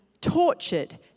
tortured